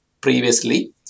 previously